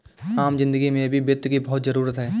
आम जिन्दगी में भी वित्त की बहुत जरूरत है